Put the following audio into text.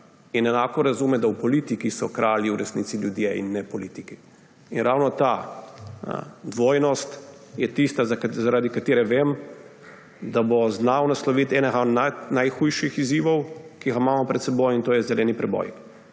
In enako razume, da v politiki so kralji v resnici ljudje in ne politiki. In ravno ta dvojnost je tista, zaradi katere vem, da bo znal nasloviti enega najhujših izzivov, ki ga imamo pred seboj, in to je zeleni preboj.